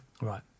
Right